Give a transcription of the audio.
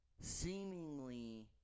Seemingly